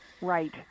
Right